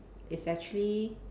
is actually